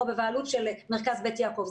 או בבעלות של מרכז בית יעקב.